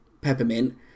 peppermint